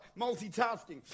multitasking